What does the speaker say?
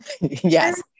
Yes